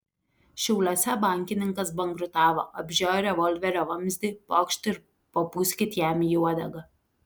šiauliuose bankininkas bankrutavo apžiojo revolverio vamzdį pokšt ir papūskit jam į uodegą